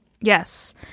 Yes